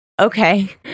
okay